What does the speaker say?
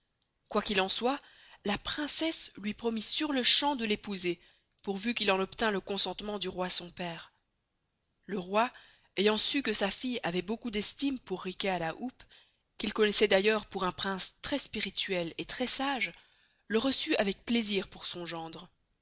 quoy qu'il en soit la princesse luy promit sur-le-champ de l'épouser pourvû qu'il en obtînt le consentement du roy son pere le roy ayant sçû que sa fille avait beaucoup d'estime pour riquet à la houppe qu'il connoissoit d'ailleurs pour un prince tres spirituel et tres sage le receut avec plaisir pour son gendre